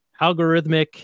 algorithmic